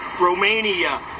Romania